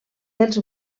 dels